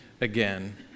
Again